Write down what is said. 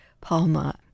Palma